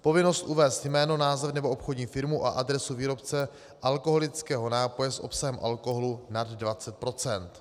Povinnost uvést jméno, název nebo obchodní firmu a adresu výrobce alkoholického nápoje s obsahem alkoholu nad 20 %.